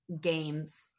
games